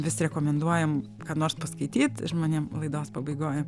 vis rekomenduojam ką nors paskaityt žmonėm laidos pabaigoj